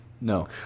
No